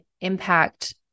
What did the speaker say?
impact